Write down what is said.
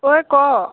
ঐ ক